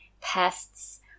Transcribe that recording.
pests